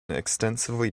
extensively